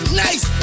nice